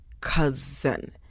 cousin